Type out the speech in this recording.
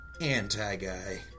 anti-guy